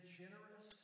generous